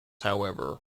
however